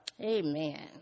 Amen